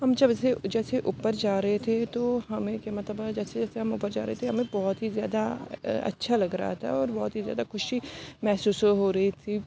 ہم جب سے جیسے اوپر جا رہے تھے تو ہمیں کہ مطلب جیسے جیسے ہم اوپر جا رہے تھے ہمیں بہت ہی زیادہ اچھا لگ رہا تھا اور بہت ہی زیادہ خوشی محسوس ہو رہی تھی